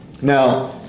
Now